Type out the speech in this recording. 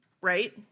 right